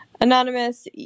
Anonymous